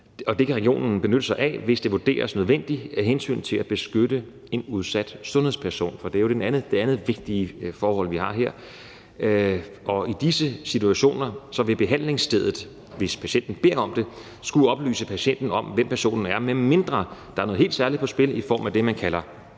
Og det kan regionen benytte sig af, hvis det vurderes nødvendigt af hensyn til at beskytte en udsat sundhedsperson – for det er jo det andet vigtige forhold, vi har her. Og i disse situationer vil behandlingsstedet, hvis patienten beder om det, skulle oplyse patienten om, hvem personen er, medmindre der er noget helt særligt på spil i form af det, man kalder